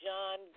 John